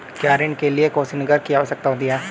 क्या ऋण के लिए कोसिग्नर की आवश्यकता होती है?